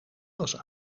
was